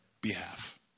behalf